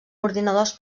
ordinadors